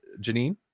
Janine